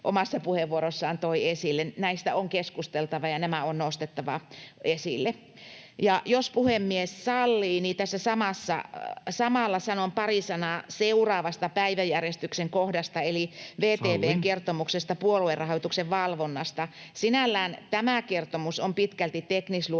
omassa puheenvuorossaan toi esille. Näistä on keskusteltava, ja nämä on nostettava esille. Ja jos puhemies sallii, niin tässä samalla sanon pari sanaa seuraavasta päiväjärjestyksen kohdasta, eli VTV:n kertomuksesta puoluerahoituksen valvonnasta. Sinällään tämä kertomus on pitkälti teknisluontoinen,